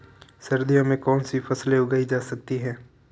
सर्दियों में कौनसी फसलें उगाई जा सकती हैं?